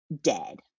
dead